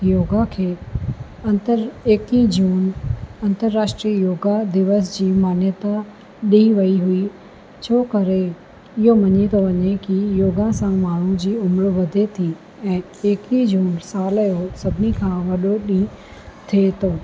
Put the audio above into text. योगा खे अंतर एक्वीह जून अंतर्राष्ट्रीय योगा दिवस जी मान्यता ॾई वई हुई छो करे इहो मञी थो वञे की योगा सां माण्हू जी उमिरि वधे थी ऐं एक्वीह जून साल जो सभिनी खां वॾो ॾींहुं थिए थो